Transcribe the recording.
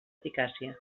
eficàcia